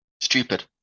Stupid